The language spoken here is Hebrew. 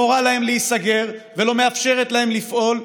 מורה להם להיסגר ולא מאפשרת להם לפעול,